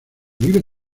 viven